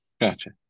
gotcha